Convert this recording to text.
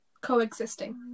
coexisting